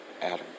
Adam